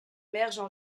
émergent